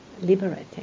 liberating